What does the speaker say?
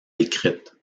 décrite